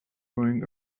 going